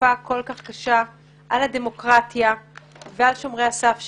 במתקפה כל כך קשה על הדמוקרטיה ועל שומרי הסף שלה,